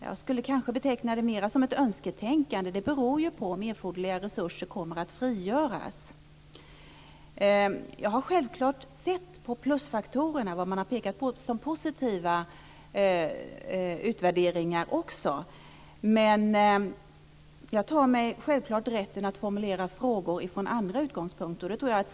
Jag skulle kanske mer beteckna det som önsketänkande; det beror ju på om erforderliga resurser frigörs. Jag har självklart också sett på plusfaktorerna - vad man pekat på som positiva utvärderingar - men jag tar mig självklart rätten att formulera frågor från andra utgångspunkter.